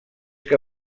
que